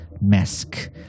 Mask